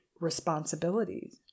responsibilities